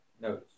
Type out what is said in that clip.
notice